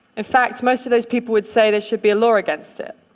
in fact, most of those people would say, there should be a law against it!